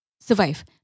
survive